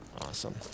Awesome